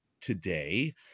today